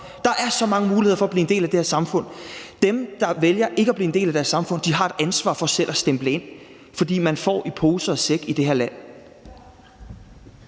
Der er så mange muligheder for at blive en del af det her samfund. Dem, der vælger ikke at blive en del af det danske samfund, har et ansvar for selv at stemple ind, for man får i pose og sæk i det her land.